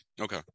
Okay